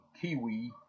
kiwi